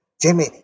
Jimmy